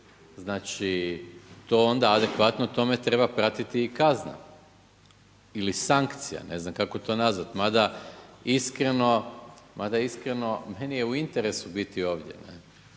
Znači to onda adekvatno tome treba pratiti i kazna ili sankcija, ne znam kako to nazvati. Mada iskreno, meni je u interesu biti ovdje